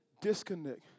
disconnect